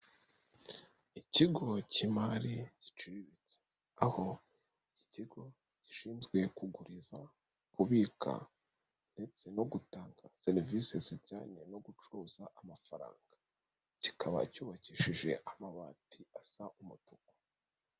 Ikigo k'imari ziciriritse, aho iki kigo gishinzwe kuguriza, kubika ndetse no gutanga serivisi zijyanye no gucuruza amafaranga. Kikaba cyubakishije amabati asa nk'umutuku.